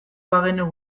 bagenu